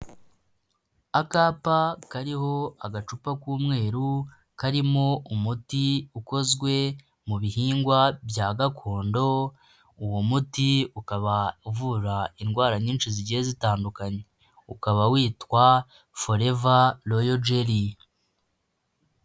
Akapa kariho agacupa k'umweru karimo umuti ukozwe mu bihingwa bya gakondo, uwo muti ukaba uvura indwara nyinshi zigiye zitandukanye ukaba witwa foreva royo jeri.